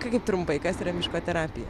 kaip trumpai kas yra miško terapija